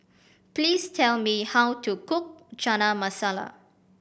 please tell me how to cook Chana Masala